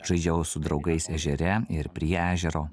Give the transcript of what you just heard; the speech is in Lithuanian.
žaidžiau su draugais ežere ir prie ežero